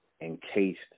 encased